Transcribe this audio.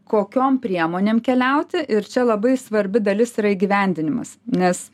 kokiom priemonėm keliauti ir čia labai svarbi dalis yra įgyvendinimas nes